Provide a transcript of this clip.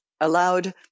allowed